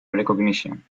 recognition